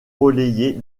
relayée